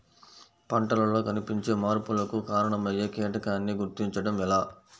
పంటలలో కనిపించే మార్పులకు కారణమయ్యే కీటకాన్ని గుర్తుంచటం ఎలా?